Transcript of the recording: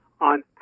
on